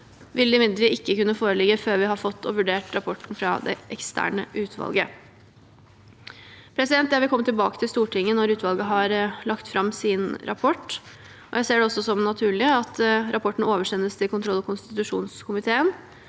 vil imidlertid ikke kunne foreligge før vi har fått og vurdert rapporten fra det eksterne utvalget. Jeg vil komme tilbake til Stortinget når utvalget har lagt fram sin rapport. Jeg ser det også som naturlig at rapporten oversendes kontroll- og konstitusjonskomiteen,